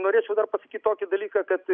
norėčiau dar pasakyt tokį dalyką kad